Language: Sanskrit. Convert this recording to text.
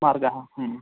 मार्गः